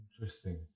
Interesting